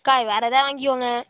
அக்கா வேற ஏதா வாங்கிக்கங்க